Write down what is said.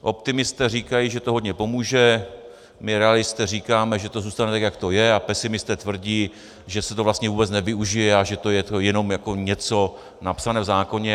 Optimisté říkají, že to hodně pomůže, my realisté říkáme, že to zůstane tak, jak to je, a pesimisté tvrdí, že se to vlastně vůbec nevyužije a že to je jenom něco napsaného v zákoně.